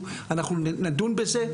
אנחנו בארגון